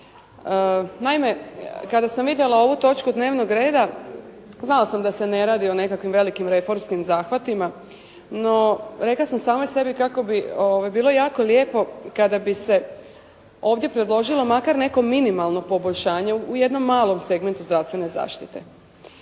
Naime, kada sam vidjela ovu točku dnevnog reda znala sam da se ne radi o nekakvim velikim reformskim zahvatima, no rekla sam samoj sebi kako bi bilo jako lijepo kada bi se ovdje predložilo makar neko minimalno poboljšanje u jednom malom segmentu zdravstvene zaštite